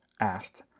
asked